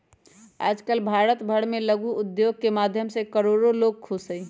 आजकल भारत भर में लघु उद्योग के माध्यम से करोडो लोग खुश हई